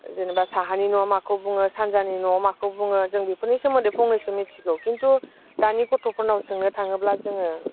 जेन'बा साहानि न' माखौ बुङो सानजानि न' माखौ बुङो जों बेफोरनि सोमोन्दै फंनैसो मिथिगौ खिन्थु दानि गथ'फोरनाव सोंनो थाङोब्ला जोङो